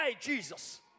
Jesus